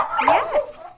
Yes